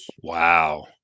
Wow